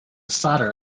solder